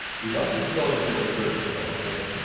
do not install it in your program files folder.